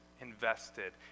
invested